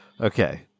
Okay